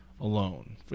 alone